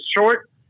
short